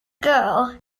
girl